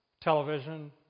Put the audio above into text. television